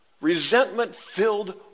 resentment-filled